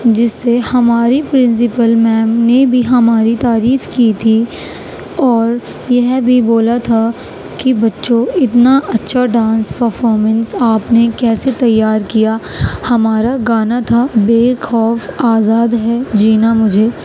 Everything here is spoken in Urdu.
جس سے ہمارے پرنسپل میم نے بھی ہماری تعریف کی تھی اور یہ بھی بولا تھا کہ بچّوں اتنا اچّھا ڈانس پرفارمنس آپ نے کیسے تیار کیا ہمارا گانا تھا بےخوف آزاد ہے جینا مجھے